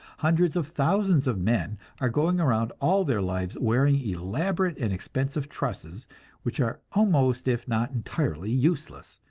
hundreds of thousands of men are going around all their lives wearing elaborate and expensive trusses which are almost, if not entirely useless,